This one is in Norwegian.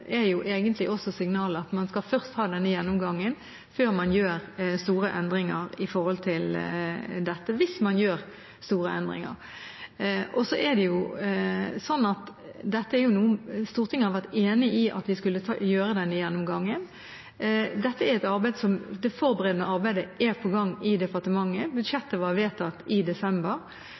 signalet at man først skal ha denne gjennomgangen, før man gjør store endringer her – hvis man gjør store endringer. Så er det sånn at Stortinget har vært enig i at vi skal gjøre denne gjennomgangen. Det forberedende arbeidet er i gang i departementet, budsjettet ble vedtatt i desember.